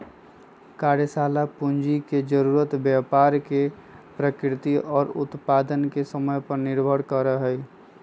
कार्यशाला पूंजी के जरूरत व्यापार के प्रकृति और उत्पादन के समय पर निर्भर करा हई